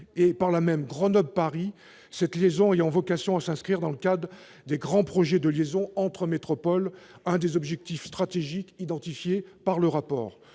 de la ligne Grenoble-Paris, cette liaison ayant vocation à s'inscrire dans le cadre des « grands projets de liaisons entre métropoles », un des objectifs stratégiques identifiés par le rapport